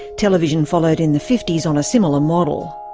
television followed in the fifty s on a similar model.